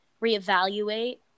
reevaluate